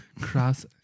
Cross